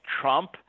Trump